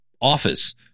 office